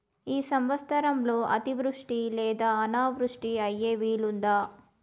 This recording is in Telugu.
ఈ సంవత్సరంలో అతివృష్టి లేదా అనావృష్టి అయ్యే వీలుందా?